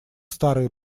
старые